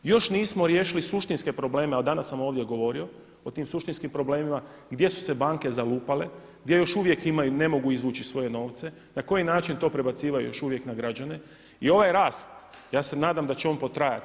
Još nismo riješili suštinske probleme, a danas sam ovdje govorio o tim suštinskim problemima gdje su se banke zalupale, gdje još uvijek ima i ne mogu izvući svoje novce na koji način to prebacuju još uvijek na građane i ovaj rast ja se nadam da će on potrajati.